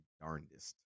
darndest